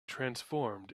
transformed